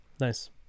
nice